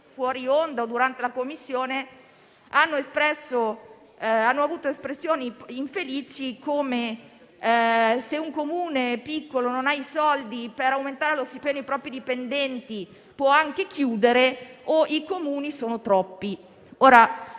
fuori onda o durante la Commissione hanno avuto espressioni infelici come "se un Comune piccolo non ha i soldi per aumentare lo stipendio ai propri dipendenti, può anche chiudere" o "i Comuni sono troppi".